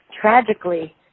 tragically